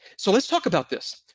so let's talk about this.